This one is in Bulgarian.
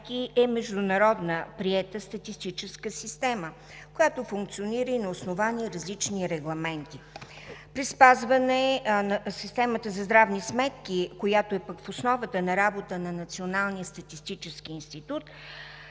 е международно приета статистическа система, която функционира и на основание различни регламенти. Системата за здравни сметки, която е пък в основата на работата на Националния статистически институт,